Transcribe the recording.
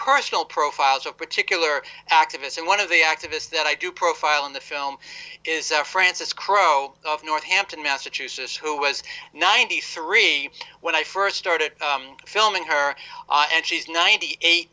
personal profiles of particular activists and one of the activists that i do profile in the film is frances crowe of north hampton massachusetts who was ninety three when i first started filming her and she's ninety eight